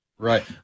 Right